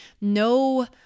no